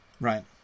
Right